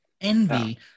Envy